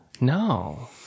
No